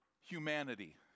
humanity